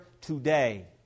today